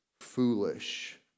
foolish